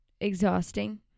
exhausting